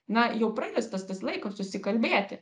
na jau praeitas tas tas laikas susikalbėti